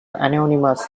anonymous